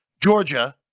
Georgia